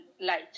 light